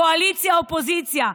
קואליציה אופוזיציה.